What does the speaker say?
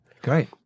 Great